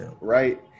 Right